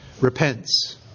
repents